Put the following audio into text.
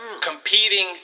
competing